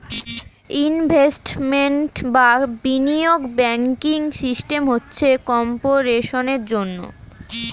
investment বা বিনিয়োগ banking system হচ্ছে কর্পোরেশনের জন্যে